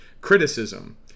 criticism